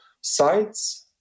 sites